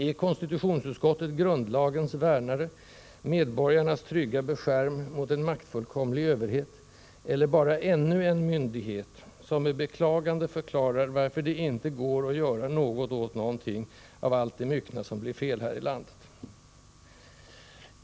Är konstitutionsutskottet grundlagens värnare, medborgarnas trygga beskärm mot en maktfullkomlig överhet, eller bara ännu en myndighet, som med beklagande förklarar varför det inte går att göra något åt någonting av det myckna som blir fel här i landet?